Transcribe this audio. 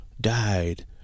died